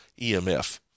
EMF